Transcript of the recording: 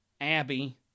Abby